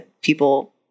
people